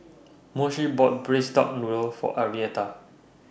Moshe bought Braised Duck Noodle For Arietta